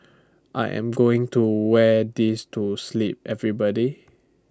I am going to wear this to sleep everybody